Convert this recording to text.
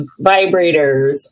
vibrators